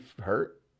hurt